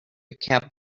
cab